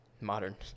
modern